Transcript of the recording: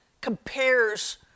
compares